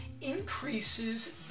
increases